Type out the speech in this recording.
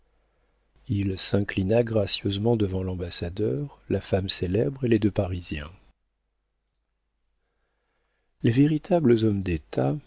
il s'inclina gracieusement devant l'ambassadeur la femme célèbre et les deux parisiens les véritables hommes d'état